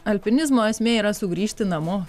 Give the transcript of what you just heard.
alpinizmo esmė yra sugrįžti namo